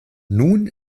nun